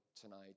tonight